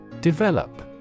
Develop